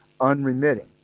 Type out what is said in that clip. unremitting